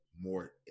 more